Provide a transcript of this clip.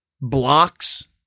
blocks